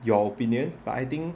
your opinion but I think